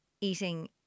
eating